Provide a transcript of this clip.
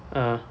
ah